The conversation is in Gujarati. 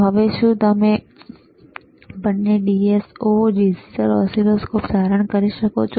હવે શું તમે પહેલા ડીએસઓ ડીજીટલ ઓસિલોસ્કોપ ધારણ કરી શકો છો